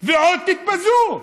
ועוד תתבזו.